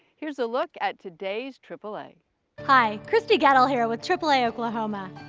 here's a look at today's triple a hi, christy gettle here with triple a oklahoma.